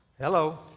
Hello